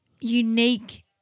unique